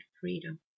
freedom